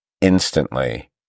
instantly